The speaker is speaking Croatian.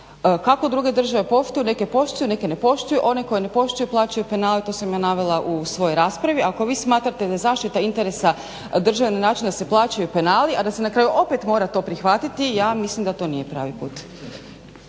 Kako druge države poštuju, neke poštuju, neke ne poštuju, one koje ne poštuju, plaćaju penale to sam ja navela u svojoj raspravi. Ako vi smatrate da je zaštita interesa države na način da se plaćaju penali, a da se na kraju opet mora to prihvatiti, ja mislim da to nije pravi put.